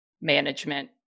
management